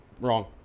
wrong